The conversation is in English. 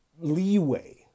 leeway